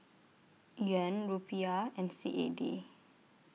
Yuan Rupiah and C A D